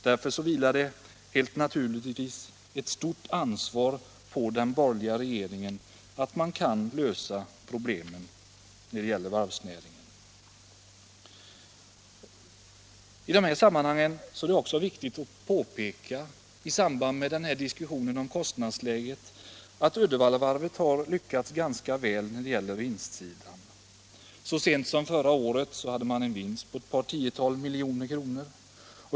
Därför vilar naturligtvis ett stort ansvar på den borgerliga regeringen när det gäller att lösa problemen inom varvsnäringen. Det är också viktigt att i samband med diskussionen om kostnadsläget peka på att Uddevallavarvet har lyckats ganska väl i vinsthänseende. Så sent som under förra året hade man en vinst på ett par tiotal miljoner kronor.